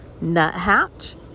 nuthatch